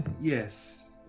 yes